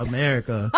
America